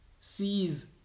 sees